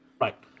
Right